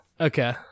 okay